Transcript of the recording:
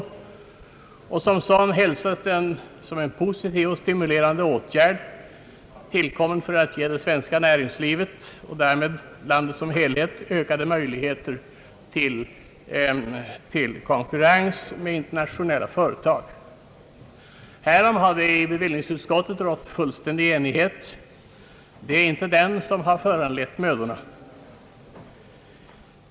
Som sådan hälsas den som en positiv och stimulerande åtgärd för att ge det svenska näringslivet ökade möjligheter till konkurrens med internationella företag. Härom har det i bevillningsutskottet rått fullständig enighet. Det är inte detta som har föranlett mödorna.